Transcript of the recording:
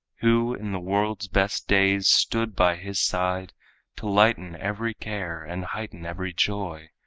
who in the world's best days stood by his side to lighten every care, and heighten every joy,